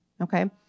okay